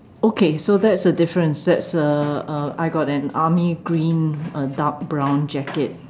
okay so that's the difference that's uh uh I got an army green uh dark brown jacket